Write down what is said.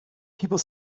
people